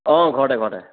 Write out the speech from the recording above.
অ ঘৰতে ঘৰতে